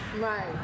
Right